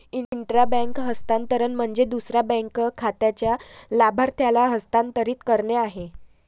intra bank हस्तांतरण म्हणजे दुसऱ्या बँक खात्याच्या लाभार्थ्याला हस्तांतरित करणे आहे